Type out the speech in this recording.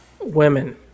Women